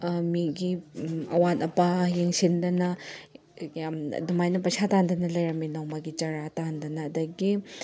ꯃꯤꯒꯤ ꯑꯋꯥꯠ ꯑꯄꯥ ꯌꯦꯡꯁꯤꯟꯗꯅ ꯌꯥꯝ ꯑꯗꯨꯃꯥꯏꯅ ꯄꯩꯁꯥ ꯇꯥꯟꯗꯅ ꯂꯩꯔꯝꯃꯦ ꯅꯣꯡꯃꯒꯤ ꯆꯥꯔꯥ ꯇꯥꯟꯗꯅ ꯑꯗꯒꯤ